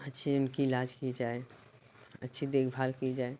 अच्छी उनकी इलाज की जाए अच्छी देखभाल की जाए